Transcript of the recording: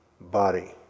body